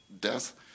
death